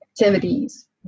activities